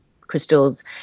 crystals